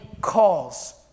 calls